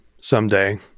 someday